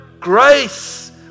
grace